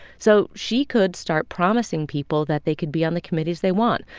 so she could start promising people that they could be on the committees they want.